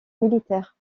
militaire